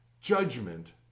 judgment